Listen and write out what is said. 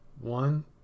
one